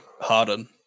Harden